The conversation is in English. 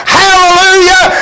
hallelujah